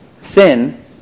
Sin